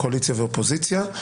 קואליציה ואופוזיציה,